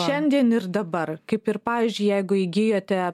šiandien ir dabar kaip ir pavyzdžiui jeigu įgijote